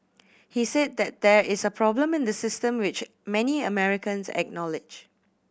he said that there is a problem in the system which many Americans acknowledged